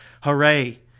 Hooray